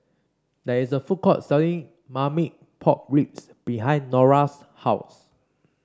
there is a food court selling Marmite Pork Ribs behind Nora's house